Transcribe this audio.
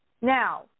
Now